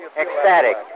Ecstatic